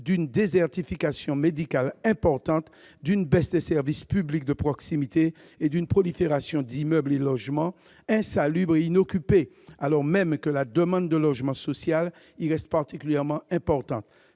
d'une désertification médicale importante, d'une baisse des services publics de proximité et d'une prolifération d'immeubles et de logements insalubres et inoccupés, alors même que la demande de logement social y reste particulièrement importante.